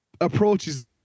approaches